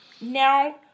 Now